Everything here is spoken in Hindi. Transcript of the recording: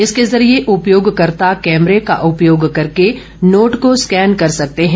इसके जरिए उपयोगकर्ता कैमरे का उपयोग करके नोट को स्कैन कर सकते हैं